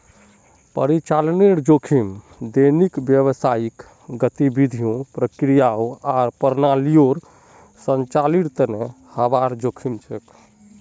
परिचालनेर जोखिम दैनिक व्यावसायिक गतिविधियों, प्रक्रियाओं आर प्रणालियोंर संचालीतेर हबार जोखिम छेक